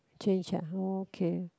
change uh okay